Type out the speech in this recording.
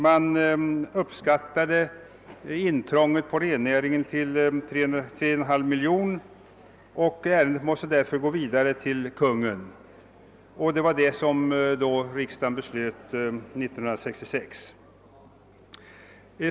Man uppskattade intrånget på rennäringen till 3,5 miljoner kronor, och ärendet måste därför gå vidare till Kungl. Maj:t för att få ett beslut av riksdagen 1966.